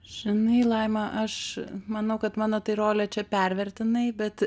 žinai laima aš manau kad mano tai rolę čia pervertinai bet